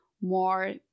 more